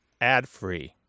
adfree